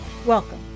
Welcome